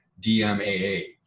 DMAA